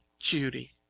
judy